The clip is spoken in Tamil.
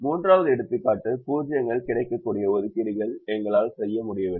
மூன்றாவது எடுத்துக்காட்டு 0 கள் கிடைக்கக்கூடிய ஒதுக்கீடுகளை எங்களால் செய்ய முடியவில்லை